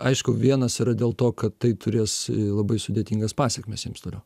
aišku vienas yra dėl to kad tai turės labai sudėtingas pasekmes jiems toliau